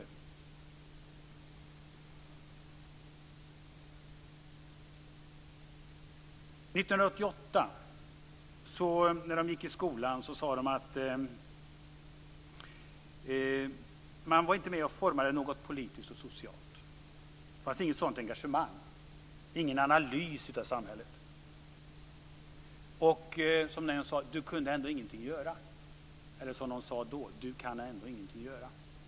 De sade att 1998, när de gick i skolan, var man inte med om någon utformning, politiskt och socialt. Det fanns inte något sådant engagemang, ingen analys av samhället. Det var som någon då sade: Du kan ändå ingenting göra.